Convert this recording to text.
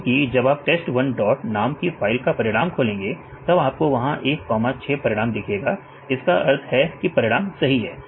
क्योंकि जब आप test one dot नाम की फाइल का परिणाम खोलेंगे तब आपको वहां 1 कामा 6 परिणाम दिखेगा इसका अर्थ है कि परिणाम सही है